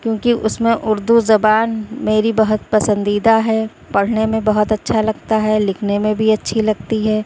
کیوںکہ اس میں اردو زبان میری بہت پسندیدہ ہے پڑھنے میں بہت اچھا لگتا ہے لکھنے میں بھی اچھی لگتی ہے